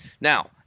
Now